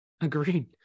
agreed